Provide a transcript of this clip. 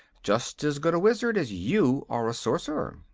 just as good a wizard as you are a sorcerer.